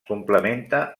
complementa